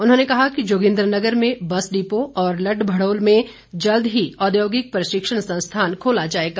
उन्होंने कहा कि जोगिन्द्रनगर में बस डिपो और लड़भड़ोल में जल्द ही औद्योगिक प्रशिक्षण संस्थान खोला जाएगा